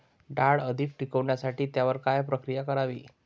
डाळ अधिक टिकवण्यासाठी त्यावर काय प्रक्रिया करावी?